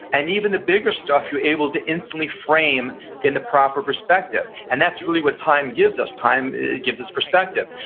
and even the bigger stuff you're able to instantly frame in the proper perspective, and that's really what time gives us, time gives us perspective.